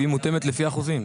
מותאמת לפי אחוזים.